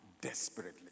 desperately